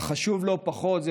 אך חשוב לא פחות,